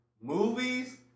movies